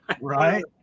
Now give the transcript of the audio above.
Right